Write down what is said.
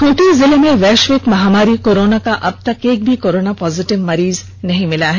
खूंटी जिले में वैश्विक महामारी कोरोना का अब तक एक भी कोरोना पॉजिटिव संक्रमित मरीज नहीं मिला है